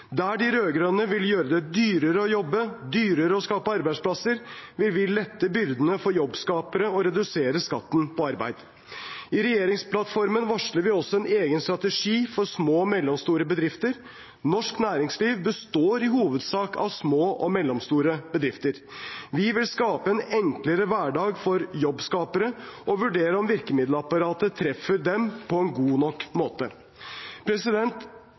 Der de rød-grønne vil gjøre det dyrere å jobbe og dyrere å skape arbeidsplasser, vil vi lette byrdene for jobbskapere og redusere skatten på arbeid. I regjeringsplattformen varsler vi også en egen strategi for små og mellomstore bedrifter. Norsk næringsliv består i hovedsak av små og mellomstore bedrifter. Vi vil skape en enklere hverdag for jobbskapere og vurdere om virkemiddelapparatet treffer dem på en god nok måte.